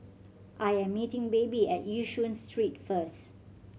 I am meeting Baby at Yishun Street first